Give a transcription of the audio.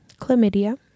chlamydia